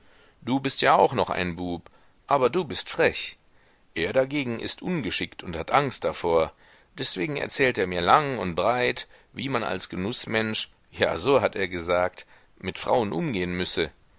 du bist ja auch noch ein bub aber du bist frech er dagegen ist ungeschickt und hat angst davor deswegen erzählt er mir lang und breit wie man als genußmensch ja so hat er gesagt mit frauen umgehen müsse